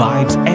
Vibes